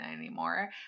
anymore